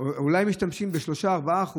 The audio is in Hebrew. אולי משתמשים ב-3%-4%,